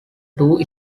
two